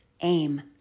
aim